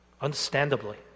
understandably